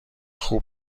خوب